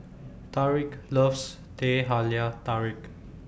Tarik loves Teh Halia Tarik